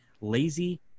lazy